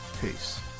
Peace